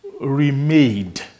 remade